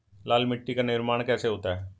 लाल मिट्टी का निर्माण कैसे होता है?